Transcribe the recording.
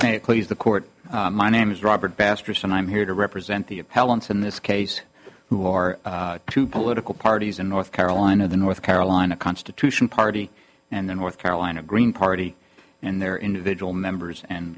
they please the court my name is robert basters and i'm here to represent the appellant's in this case who are two political parties in north carolina the north carolina constitution party and the north carolina green party and their individual members and